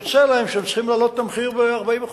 יוצא להם שהם צריכים להעלות את המחיר ב-40%,